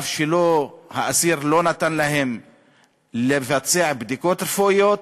אף שהאסיר לא נתן להם לבצע בדיקות רפואיות,